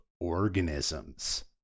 organisms